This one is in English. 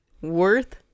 worth